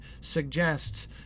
suggests